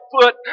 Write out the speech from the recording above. foot